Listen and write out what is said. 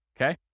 okay